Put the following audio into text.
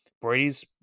Brady's